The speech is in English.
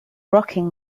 rocking